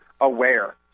aware